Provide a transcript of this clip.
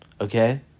Okay